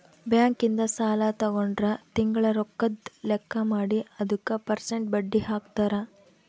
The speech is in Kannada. ಬ್ಯಾಂಕ್ ಇಂದ ಸಾಲ ತಗೊಂಡ್ರ ತಿಂಗಳ ರೊಕ್ಕದ್ ಲೆಕ್ಕ ಮಾಡಿ ಅದುಕ ಪೆರ್ಸೆಂಟ್ ಬಡ್ಡಿ ಹಾಕ್ತರ